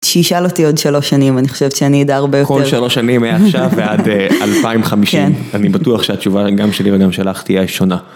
שישאל אותי עוד שלוש שנים, אני חושבת שאני אדע הרבה יותר. כל שלוש שנים, מעכשיו ועד 2050. אני בטוח שהתשובה גם שלי וגם שלך תהיה שונה.